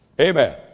Amen